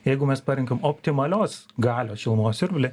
jeigu mes parenkam optimalios galios šilumos siurblį